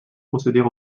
procéder